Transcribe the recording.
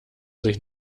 sich